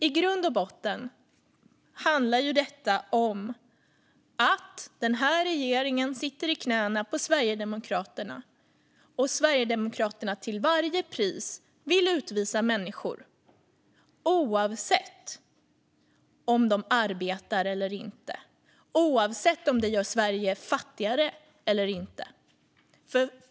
I grund och botten handlar detta om att denna regering sitter i knät på Sverigedemokraterna och att Sverigedemokraterna till varje pris vill utvisa människor oavsett om de arbetar eller inte och oavsett om det gör Sverige fattigare eller inte.